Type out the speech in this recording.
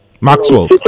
Maxwell